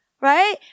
right